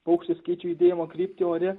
paukštis keičia judėjimo kryptį ore